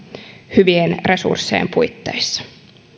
hyvien resurssien puitteissa